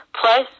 Plus